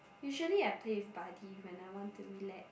usually I play with buddy when I want to relax